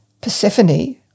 Persephone